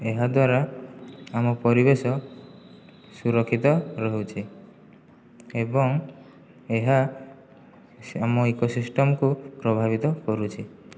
ଏହା ଦ୍ଵାରା ଆମ ପରିବେଶ ସୁରକ୍ଷିତ ରହୁଛି ଏବଂ ଏହା ସାମୂହିକ ସିଷ୍ଟମ୍କୁ ପ୍ରଭାବିତ କରୁଛି